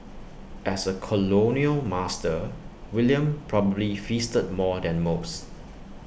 as A colonial master William probably feasted more than most